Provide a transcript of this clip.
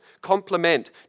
Complement